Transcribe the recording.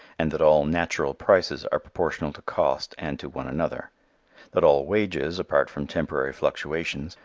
and that all natural prices are proportionate to cost and to one another that all wages, apart from temporary fluctuations,